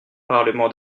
parlement